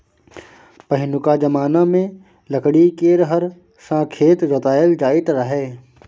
पहिनुका जमाना मे लकड़ी केर हर सँ खेत जोताएल जाइत रहय